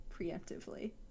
preemptively